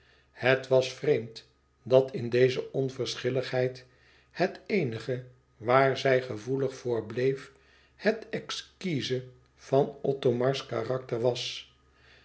het was vreemd dat in deze onverschilligheid het eenige waar zij gevoelig voor bleef het exquize van othomars karakter was